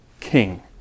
king